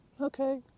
okay